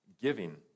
giving